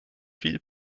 viel